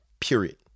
Period